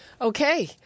Okay